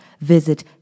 visit